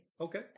Okay